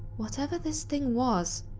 whatever this thing was,